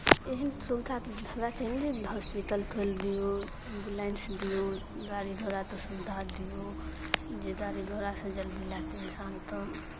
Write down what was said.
एहन सुविधा तऽ हेबा चाही ने जे हॉस्पिटल खोलि दियौ एम्ब्युलेंस दियौ गाड़ी घोड़ाके सुविधा दियौ जे गाड़ी घोड़ासँ जल्दी लए कऽ इन्सानके